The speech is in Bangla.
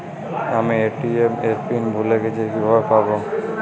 আমি এ.টি.এম এর পিন ভুলে গেছি কিভাবে পাবো?